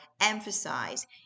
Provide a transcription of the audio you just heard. emphasize